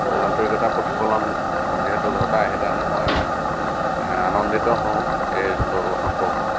আন্তৰিকতা প্ৰতিফলন যিহেতু ঘটায় সেইকাৰণে মই আনন্দিত হওঁ এইটো সম্পৰ্কত